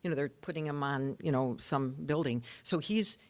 you know they're putting him on, you know, some building. so, he's,